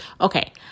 Okay